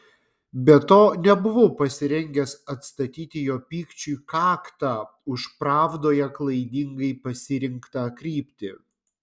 be to nebuvau pasirengęs atstatyti jo pykčiui kaktą už pravdoje klaidingai pasirinktą kryptį